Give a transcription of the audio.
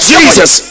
Jesus